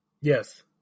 Yes